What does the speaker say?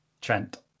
Trent